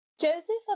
Joseph